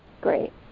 Great